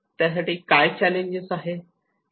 त्यासाठी काय चॅलेंजेस आहेत